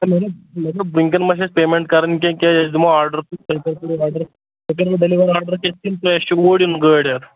ہَے مےٚ ؤنِو مےٚ دوٚپ ؤنۍکیٚن ما چھِ اَسہِ پیمینٛٹ کَرٕنۍ کیٚنٛہہ کِنہٕ أسۍ دِمو آرڈَر تمہِ ساتہٕ دِمو آرڈر آرڈر کِنہٕ اَسہِ چھُ اوٗرۍ یُن گٲڑۍ ہیٚتھ